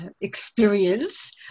experience